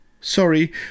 sorry